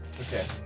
Okay